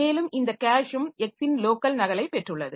மேலும் இந்த கேஷும் X ன் லோக்கல் நகலைப் பெற்றுள்ளது